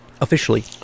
officially